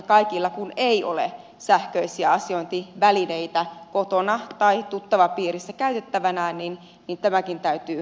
kaikilla kun ei ole sähköisiä asiointivälineitä kotona tai tuttavapiirissä käytettävänään niin tämäkin täytyy ottaa huomioon